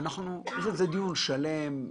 זה דיון שלם.